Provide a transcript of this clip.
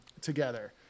together